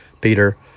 Peter